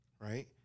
right